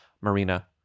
Marina